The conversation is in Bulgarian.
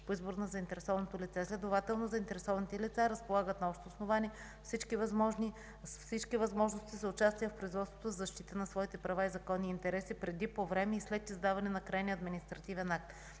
по избор на заинтересованото лице. Следователно заинтересованите лица разполагат на общо основание с всички възможности за участие в производството за защита на своите права и законни интереси преди, по време и след издаване на крайния административен акт.